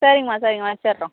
சரிங்கம்மா சரிங்கம்மா வச்சிடுறோம்